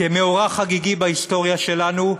כמאורע חגיגי, בהיסטוריה שלנו,